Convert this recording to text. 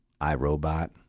iRobot